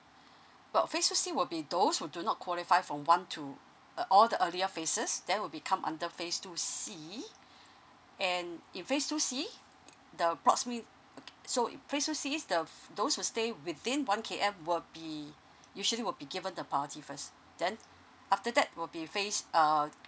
well phase two C will be those who do not qualify from one to uh all the earlier phases then will become under phase two C and in phase two C the proximity so phase two C the those who stay within one K_M will be usually will be given the priority first then after that will be phase uh